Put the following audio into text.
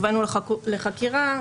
הובאנו לחקירה.